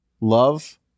love